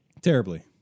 Terribly